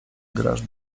grasz